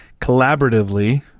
collaboratively